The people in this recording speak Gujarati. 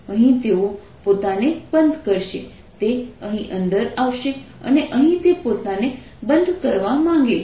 અહીં તેઓ પોતાને બંધ કરશે તે અહીં અંદર આવશે અને અહીં તે પોતાને બંધ કરવા માગે છે